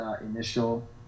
initial